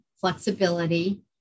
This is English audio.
flexibility